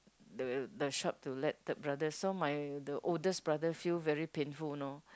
the the shop to let third brother so my the oldest brother feel very painful you know